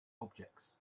objects